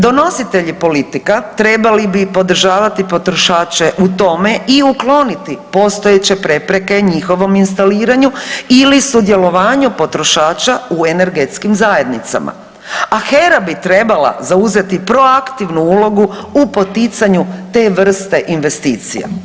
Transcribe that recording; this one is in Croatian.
Donositelji politika trebali bi podržavati potrošače u tome i ukloniti postojeće prepreke njihovom instaliranju ili sudjelovanju potrošača u energetskim zajednicama, a HERA bi trebala zauzeti proaktivnu ulogu u poticanju te vrste investicija.